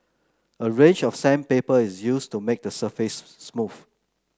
a range of sandpaper is used to make the surface smooth